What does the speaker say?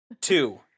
Two